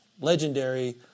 legendary